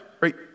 right